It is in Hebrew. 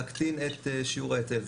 להקטין את שיעור ההיטל.